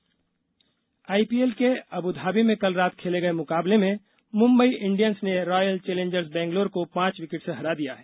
IPL IPL के Abu Dhabi में कल रात खेले मुकाबले में मुंबई इंडियंस ने रॉयल चैलेंजर्स बैंगलोर को पांच विकेट से हरा दिया है